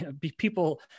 People